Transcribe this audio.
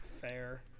Fair